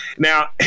Now